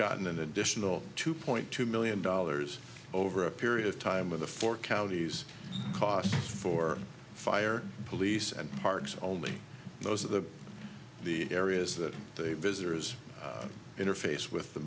gotten an additional two point two million dollars over a period of time of the four counties cost for fire police and parks only those are the the areas that the visitors interface with the